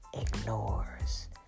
ignores